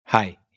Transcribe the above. Hi